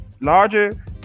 larger